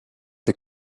the